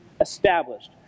established